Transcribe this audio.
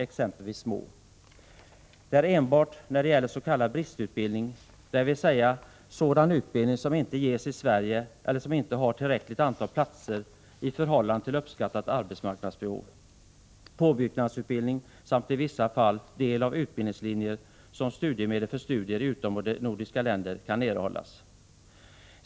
Det är enbart när det gäller s.k. bristutbildning, dvs. sådan utbildning som inte ges i Sverige eller som inte har tillräckligt antal platser i förhållande till uppskattat arbetsmarknadsbehov, påbyggnadsutbildning samt i vissa fall del av utbildningslinjer som studiemedel för studier i utomnordiska länder kan erhållas.